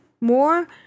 more